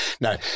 No